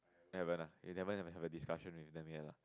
haven't ah you never have a discussion with them yet lah